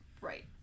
right